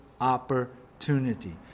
opportunity